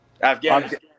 Afghanistan